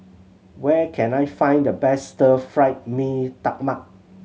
where can I find the best Stir Fry Mee Tai Mak